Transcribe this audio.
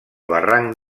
barranc